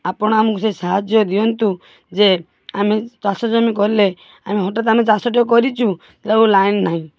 ଆପଣ ଆମୁକୁ ସେ ସାହାଯ୍ୟ ଦିଅନ୍ତୁ ଯେ ଆମେ ଚାଷଜମି କଲେ ଆମେ ହଟାତ୍ ଆମେ ଚାଷଟେ କରିଛୁ ଦେଖିଲାବେଳକୁ ଲାଇନ୍ ନାହିଁ